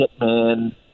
hitman